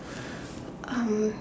um